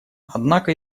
однако